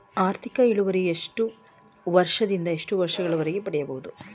ಆರ್ಥಿಕ ಇಳುವರಿ ಎಷ್ಟು ವರ್ಷ ದಿಂದ ಎಷ್ಟು ವರ್ಷ ಗಳವರೆಗೆ ಪಡೆಯಬಹುದು?